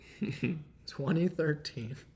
2013